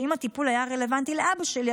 שאם הטיפול היה רלוונטי לאבא שלי,